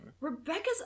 Rebecca's